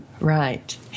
Right